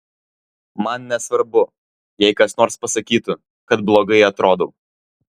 man nesvarbu jei kas nors pasakytų kad blogai atrodau